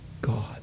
God